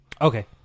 Okay